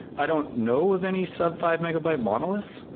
i don't know of any sub five megabyte monolith.